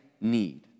need